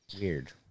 Weird